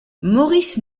maurice